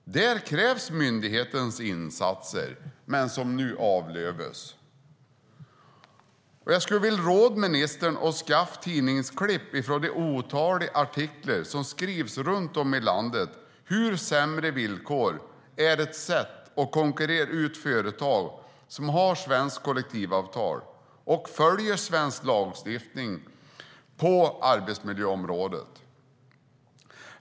Där krävs Arbetsmiljöverkets insatser, men nu avlövas myndigheten. Jag råder ministern att skaffa tidningsurklipp från de otaliga artiklar som skrivits runt om i landet om hur sämre villkor är ett sätt att konkurrera ut företag som har svenska kollektiv avtal och följer svensk lagstiftning på arbetsmiljöområdet.